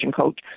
coach